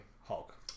Hulk